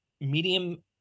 medium